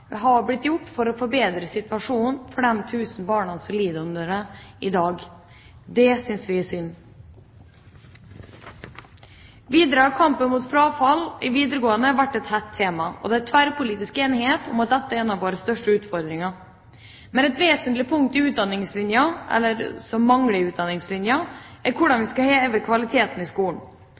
tiltak har blitt gjort for å forbedre situasjonen for de tusener av barn som lider under dette i dag. Det synes vi er synd. Videre har kampen mot frafall i videregående skole vært et hett tema. Det er tverrpolitisk enighet om at dette er en av våre største utfordringer. Men et vesentlig punkt i Utdanningslinja – eller som mangler i Utdanningslinja – er hvordan vi skal heve kvaliteten i skolen.